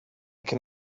can